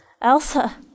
Elsa